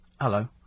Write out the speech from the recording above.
hello